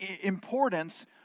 importance